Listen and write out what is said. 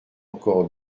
encore